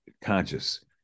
conscious